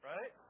right